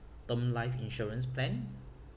term life insurance plan